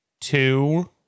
two